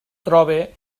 trobe